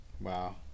Wow